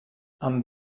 amb